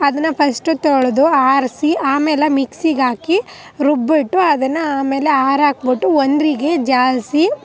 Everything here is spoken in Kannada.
ಅದನ್ನು ಫಸ್ಟ್ ತೊಳೆದು ಆರಿಸಿ ಆಮೇಲೆ ಮಿಕ್ಸಿಗಾಕಿ ರುಬ್ಬಿಟ್ಟು ಅದನ್ನು ಮೇಲೆ ಹಾರಿ ಹಾಕಿಬಿಟ್ಟು ಒಂದ್ರಿಗಿ ಜಾಸಿ